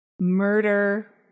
murder